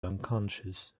unconscious